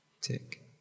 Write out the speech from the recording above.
Tick